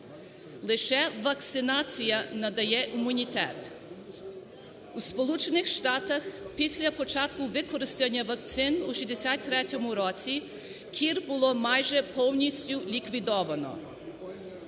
Лише вакцинація надає імунітет. У Сполучених Штатах після початку використання вакцин у 1963 році кір було майже повністю ліквідовано.